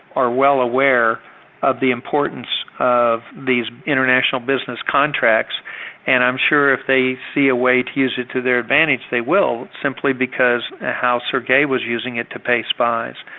are well aware of the importance of these international business contracts and i'm sure if they see a way to use it to their advantage, they will, simply because ah sergei was using it to pay spies.